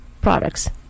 products